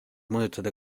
mõjutada